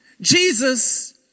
Jesus